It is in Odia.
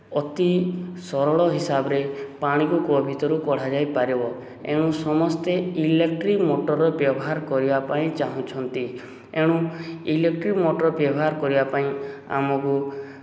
ଅତି ସରଳ ହିସାବରେ ପାଣିକୁ କୂଅ ଭିତରୁ କଢ଼ାଯାଇପାରିବ ଏଣୁ ସମସ୍ତେ ଇଲେକ୍ଟ୍ରିକ୍ ମଟର୍ର ବ୍ୟବହାର କରିବା ପାଇଁ ଚାହୁଁଛନ୍ତି ଏଣୁ ଇଲେକ୍ଟ୍ରିକ୍ ମଟର୍ ବ୍ୟବହାର କରିବା ପାଇଁ ଆମକୁ